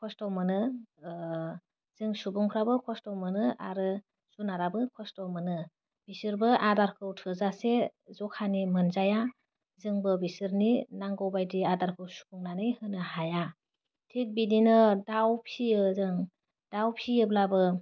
खस्थ' मोनो ओह जों सुबुंफ्राबो खस्थ मोनो आरो जुनारआबो खस्थ' मोनो बिसोरबो आदारखौ थोजासे जखानि मोनजाया जोंबो बिसोरनि नांगौबायदि आदारखौ सुफुंनानै होनो हाया थिग बिदिनो दाव फियो जों दाव फियोब्लाबो